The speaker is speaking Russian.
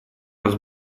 раз